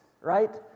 right